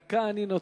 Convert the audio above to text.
דקה אני נותן.